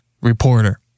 reporter